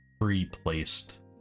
pre-placed